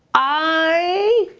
i,